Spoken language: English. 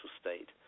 state